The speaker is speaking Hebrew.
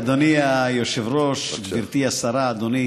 אדוני היושב-ראש, גברתי השרה, אדוני